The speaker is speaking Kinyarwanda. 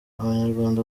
abanyarwanda